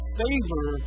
favor